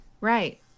Right